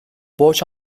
borç